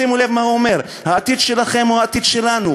שימו לב מה הוא אומר: "העתיד שלכם הוא העתיד שלנו".